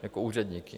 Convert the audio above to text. Jako úředníky.